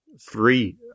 three